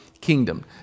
kingdom